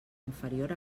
inferior